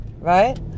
right